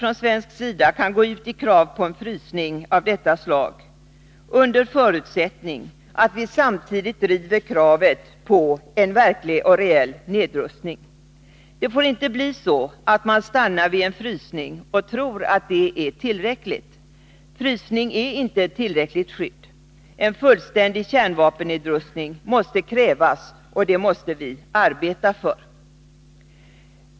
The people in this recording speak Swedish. Från svensk sida kan vi mycket väl gå ut med krav på en frysning av detta slag, under förutsättning att vi samtidigt driver kravet på en verklig och reell nedrustning. Det får inte bli så, att man stannar vid en frysning och tror att det är tillräckligt. Frysning är inte ett tillräckligt skydd. Vi måste kräva en fullständig kärnvapennedrustning, och det måste vi arbeta för.